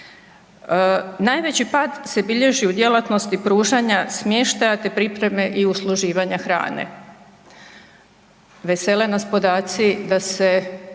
Najveći pad se bilježi u djelatnosti pružanja smještaja te pripreme i usluživanja hrane. Vesele nas podaci da se